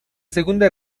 segunda